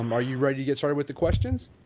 um are you ready to get started with the questions?